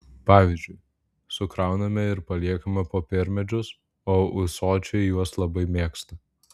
pavyzdžiui sukrauname ir paliekame popiermedžius o ūsočiai juos labai mėgsta